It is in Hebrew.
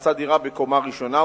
מצא דירה בקומה ראשונה,